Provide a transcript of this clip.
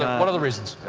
what other reasons?